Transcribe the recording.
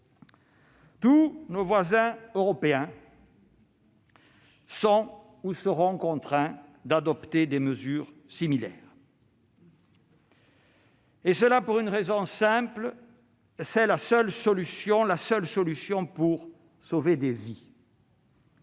Tous nos voisins européens sont ou seront contraints d'adopter des mesures similaires, et ce pour une raison simple : c'est la seule solution pour sauver des vies.